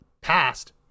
passed